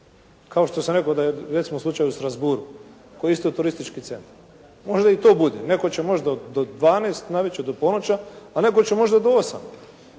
Kao što sam rekao da je recimo slučaj u Strasbourgu koji je isto turistički centar. Možda i to bude. Netko će možda do 12 na večer, do ponoći, a netko će možda do 8,